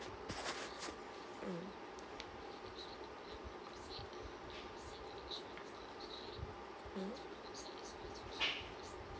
mm